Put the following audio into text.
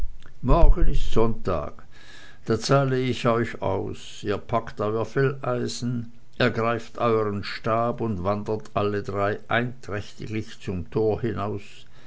morgen ist sonntag da zahle ich euch aus ihr packt euer felleisen ergreift euren stab und wandert alle drei einträchtiglich zum tore hinaus